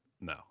no